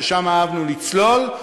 ששם אהבנו לצלול,